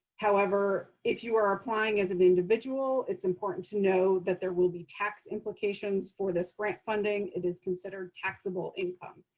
however, if you are applying as an individual, it's important to know that there will be tax implications for this grant funding. it is considered taxable income.